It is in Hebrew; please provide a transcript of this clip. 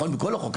בכל החוק הזה.